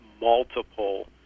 multiple